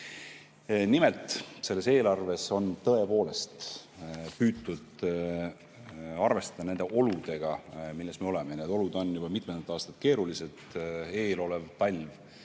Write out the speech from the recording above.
kord. Nimelt, selles eelarves on tõepoolest püütud arvestada nende oludega, milles me oleme. Need olud on juba mitmendat aastat keerulised. Eelolev talv